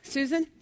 Susan